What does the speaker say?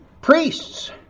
priests